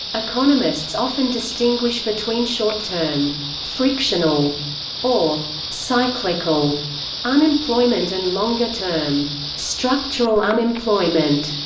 economists often distinguish between short-term frictional or cyclical unemployment and longer-term structural unemployment.